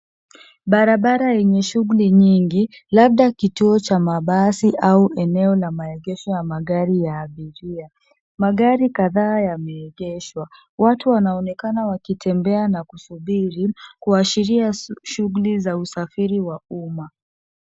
Barabara yenye shughuli nyingi, labda kituo cha mabasi au eneo la maegesho ya magari ya abiria. Magari kadhaa yameegeshwa. Watu wanaonekana wakitembea na kusubiri, kuashiria shughuili za usafiri wa umma.